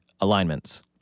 alignments